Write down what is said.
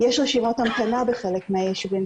יש רשימות המתנה בחלק מהיישובים,